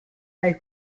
dai